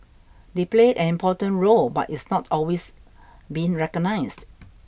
they played an important role but it's not always been recognised